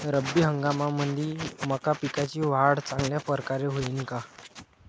रब्बी हंगामामंदी मका पिकाची वाढ चांगल्या परकारे होईन का?